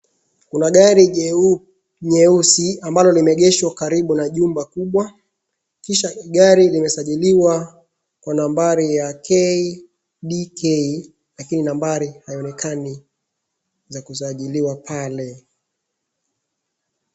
Kuna gari nyeusi ambalo limeegeshwa karibu na jumba kubwa kisha gari limesajiriwa kwa nambari ya KDK lakini nambari haionekani za kusajiriwa pale.